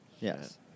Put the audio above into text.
Yes